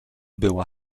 była